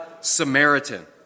Samaritan